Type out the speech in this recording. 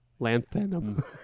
lanthanum